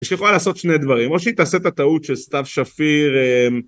שיכולה לעשות שני דברים, או שהיא תעשה את הטעות של סתיו שפיר